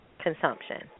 consumption